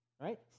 Right